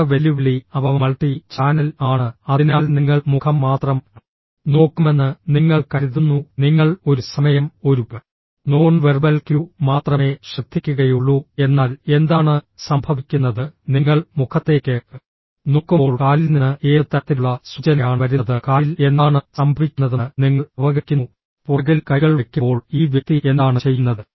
അടുത്ത വെല്ലുവിളി അവ മൾട്ടി ചാനൽ ആണ് അതിനാൽ നിങ്ങൾ മുഖം മാത്രം നോക്കുമെന്ന് നിങ്ങൾ കരുതുന്നു നിങ്ങൾ ഒരു സമയം ഒരു നോൺ വെർബൽ ക്യൂ മാത്രമേ ശ്രദ്ധിക്കുകയുള്ളൂ എന്നാൽ എന്താണ് സംഭവിക്കുന്നത് നിങ്ങൾ മുഖത്തേക്ക് നോക്കുമ്പോൾ കാലിൽ നിന്ന് ഏത് തരത്തിലുള്ള സൂചനയാണ് വരുന്നത് കാലിൽ എന്താണ് സംഭവിക്കുന്നതെന്ന് നിങ്ങൾ അവഗണിക്കുന്നു പുറകിൽ കൈകൾ വയ്ക്കുമ്പോൾ ഈ വ്യക്തി എന്താണ് ചെയ്യുന്നത്